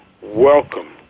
welcome